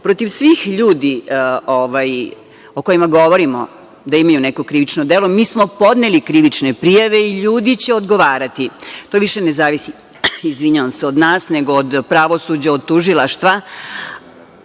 svih ljudi o kojima govorimo da imaju neku krivično delo, mi smo podneli krivične prijave i ljudi će odgovarati. To više ne zavisi od nas, nego od pravosuđa, od tužilaštva.